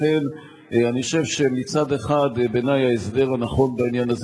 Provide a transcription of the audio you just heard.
לכן אני חושב שמצד אחד בעיני ההסדר הנכון בעניין הזה